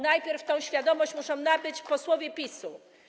Najpierw tę świadomość muszą nabyć posłowie PiS-u.